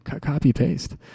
copy-paste